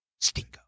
Stingo